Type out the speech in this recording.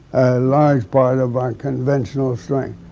large part of our conventional strength.